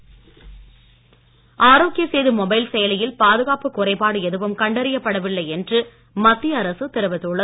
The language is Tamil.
ஆரோக்கிய சேது ஆரோக்கிய சேது மொபைல் செயலியில் பாதுகாப்புக் குறைபாடு எதுவும் கண்டறியப்பட வில்லை என்று மத்திய அரசு தெரிவித்துள்ளது